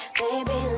baby